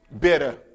bitter